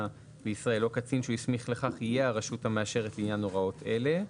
לישראל או קצין שהוא הסמיך לכך יהיה הרשות המאשרת לעניין הוראות אלה.